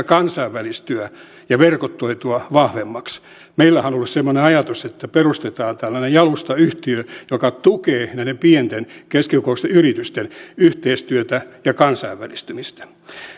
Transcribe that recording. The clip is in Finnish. kansainvälistyä ja verkostoitua vahvemmaksi meillähän on ollut semmoinen ajatus että perustetaan tällainen jalustayhtiö joka tukee näiden pienten ja keskikokoisten yritysten yhteistyötä ja kansainvälistymistä